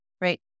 right